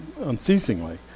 unceasingly